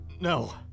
No